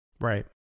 right